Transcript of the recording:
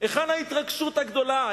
היכן ההתרגשות הגדולה?